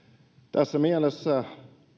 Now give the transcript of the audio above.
tässä mielessä